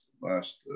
last